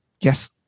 yes